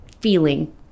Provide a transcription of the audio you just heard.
feeling